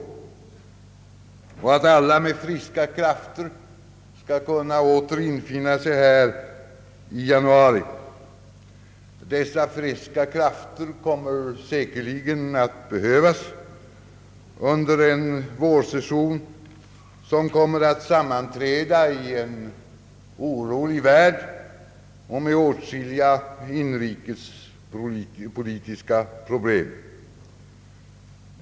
Jag hoppas att ledamöterna med friska krafter skall kunna åter infinna sig här i januari. Dessa friska krafter kommer säkerligen att behövas under en vårsession som kommer att sammanträda i en orolig värld och med åtskilliga inrikespolitiska problem.